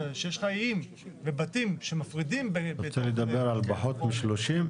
אתה רוצה לדבר על פחות מ-30?